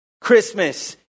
Christmas